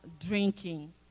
drinking